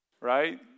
right